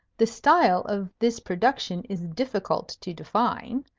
the style of this production is difficult to define.